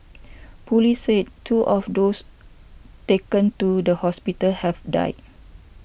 police said two of those taken to the hospital have died